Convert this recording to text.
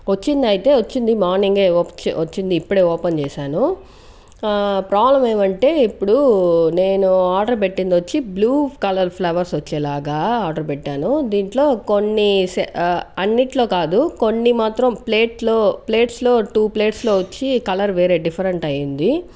వచ్చిందయితే వచ్చింది మార్నింగే వచ్చింది ఇప్పుడే ఓపెన్ చేశాను ప్రాబ్లం ఏమంటే ఇప్పుడు నేను ఆర్డర్ పెట్టింది వచ్చింది బ్లూ కలర్ ఫ్లవర్స్ వచ్చేలాగా ఆర్డర్ పెట్టాను దీంట్లో కొన్ని అన్నిట్లో కాదు కొన్ని మాత్రం ప్లేట్లో ప్లేట్స్లో టూ ప్లేట్స్లో వచ్చి కలర్ వేరే డిఫరెంట్ అయింది